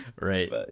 right